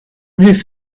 beef